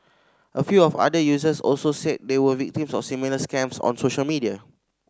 a few of other users also said they were victims of similar scams on social media